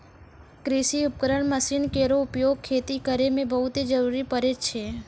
कृषि उपकरण मसीन केरो उपयोग खेती करै मे बहुत जरूरी परै छै